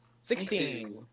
Sixteen